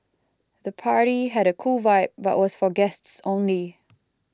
the party had a cool vibe but was for guests only